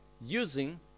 using